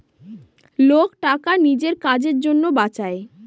লোক টাকা নিজের কাজের জন্য বাঁচায়